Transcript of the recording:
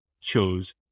chose